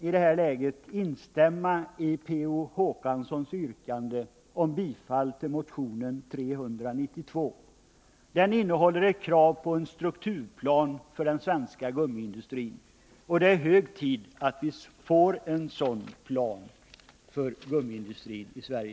I det här läget kan jag instämma i Per Olof Håkanssons yrkande om bifall till motionen 392, som innehåller ett krav på en strukturplan för den svenska gummiindustrin. Det är hög tid att vi får en sådan plan för gummiindustrin i Sverige.